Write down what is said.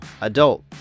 adult